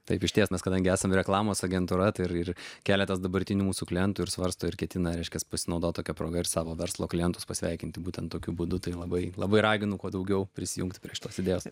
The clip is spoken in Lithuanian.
taip išties mes kadangi esam reklamos agentūra tai ir keletas dabartinių mūsų klientų ir svarsto ir ketina reiškiasi pasinaudoti tokia proga ir savo verslo klientus pasveikinti būtent tokiu būdu tai labai labai raginu kuo daugiau prisijungti prie šitos idėjos